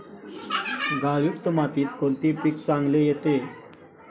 गाळयुक्त मातीत कोणते पीक चांगले येते?